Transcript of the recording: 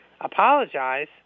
apologize